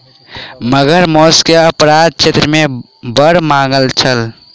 मगर मौस के अपराध क्षेत्र मे बड़ मांग छल